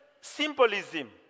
symbolism